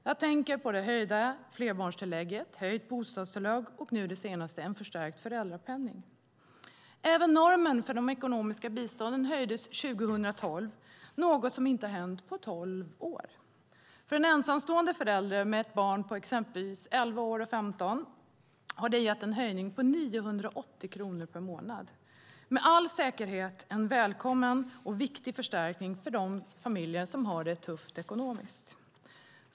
Jag tänker på det höjda flerbarnstillägget, höjt bostadstillägg och nu senast en förstärkt föräldrapenning. Även normen för de ekonomiska bistånden höjdes 2012, något som inte har hänt på tolv år. För en ensamstående förälder med barn på exempelvis 11 och 15 år har det gett en höjning med 980 kronor per månad. Det är med all säkerhet en välkommen och viktig förstärkning för de familjer som har det tufft ekonomiskt.